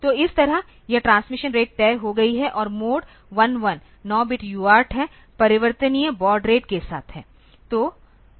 तो इस तरह यह ट्रांसमिशन रेट तय हो गई है और मोड 11 9 बिट UART है परिवर्तनीय बॉड रेट के साथ है